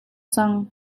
cang